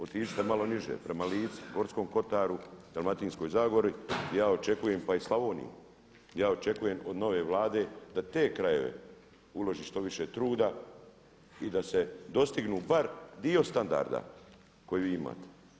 Otiđite malo niže prema Lici, Gorskom kotaru, Dalmatinskoj zagori, pa i Slavoniji ja očekujem od nove Vlade da te krajeve uloži što više truda i da se dostigne bar dio standarda koji vi imate.